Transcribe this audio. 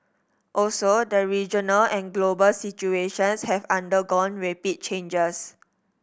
also the regional and global situations have undergone rapid changes